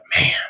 Man